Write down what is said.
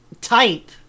type